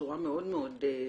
ברמה מאוד דרמטית.